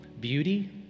beauty